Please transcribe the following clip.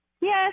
Yes